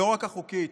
החוקית,